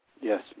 Yes